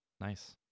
Nice